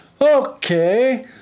Okay